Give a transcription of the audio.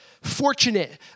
fortunate